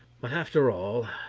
but after all,